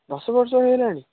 ଦଶବର୍ଷ ହୋଇଗଲାଣି